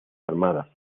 armadas